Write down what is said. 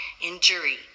injury